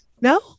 No